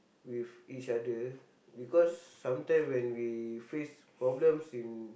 with each other because sometime when we face problems in